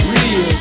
Real